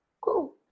Cool